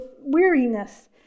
weariness